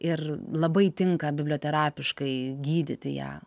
ir labai tinka biblioterapiškai gydyti ją